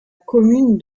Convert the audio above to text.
commune